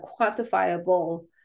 quantifiable